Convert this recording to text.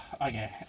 Okay